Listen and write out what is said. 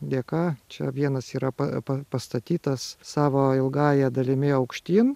dėka čia vienas yra pa pa pastatytas savo ilgąja dalimi aukštyn